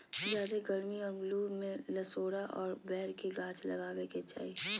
ज्यादे गरमी और लू में लसोड़ा और बैर के गाछ लगावे के चाही